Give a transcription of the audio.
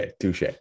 touche